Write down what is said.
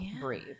breathe